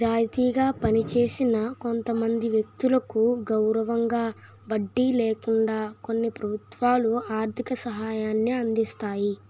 నిజాయితీగా పనిచేసిన కొంతమంది వ్యక్తులకు గౌరవంగా వడ్డీ లేకుండా కొన్ని ప్రభుత్వాలు ఆర్థిక సహాయాన్ని అందిస్తాయి